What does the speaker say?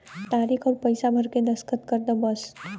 तारीक अउर पइसा भर के दस्खत कर दा बस